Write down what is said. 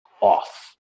off